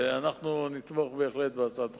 ואנחנו נתמוך בהחלט בהצעת החוק.